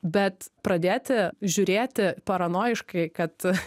bet pradėti žiūrėti paranojiškai kad